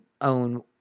own